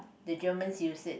the Germans use it